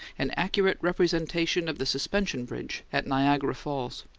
an accurate representation of the suspension bridge at niagara falls.